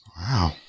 Wow